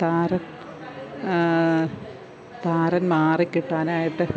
താരൻ താരൻ മാറിക്കിട്ടാനായിട്ട്